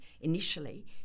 initially